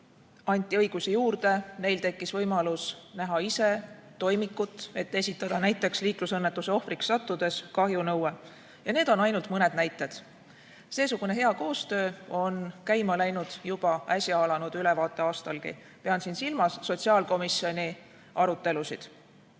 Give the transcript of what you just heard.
anti õigusi juurde, neil tekkis võimalus näha ise toimikut, et esitada, näiteks liiklusõnnetuse ohvriks sattudes, kahjunõue. Need on ainult mõned näited. Seesugune hea koostöö on käima läinud ka äsja alanud ülevaateaastal, pean siin silmas sotsiaalkomisjoni arutelusid. Iga